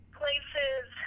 places